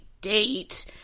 date